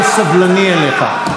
הייתי הרבה סבלני כלפיך.